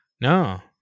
no